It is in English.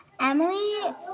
Emily